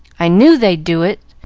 i knew they'd do it!